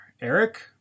Eric